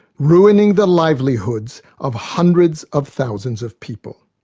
ruining the livelihood of hundreds of thousands of people.